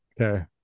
Okay